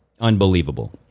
unbelievable